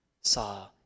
saw